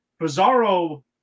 Bizarro